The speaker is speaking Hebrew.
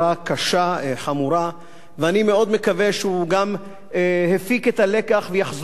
אני מאוד מקווה שהוא גם הפיק את הלקח ויחזור בו מייד מאמירתו זו,